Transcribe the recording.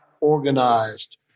organized